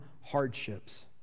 hardships